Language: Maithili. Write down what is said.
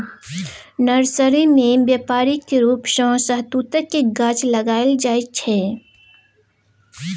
नर्सरी मे बेपारिक रुप सँ शहतुतक गाछ लगाएल जाइ छै